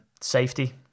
safety